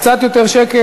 קצת יותר שקט,